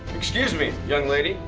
excuse me, young lady,